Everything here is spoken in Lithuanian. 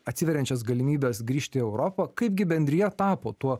atsiveriančias galimybes grįžti į europą kaipgi bendrija tapo tuo